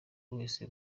wese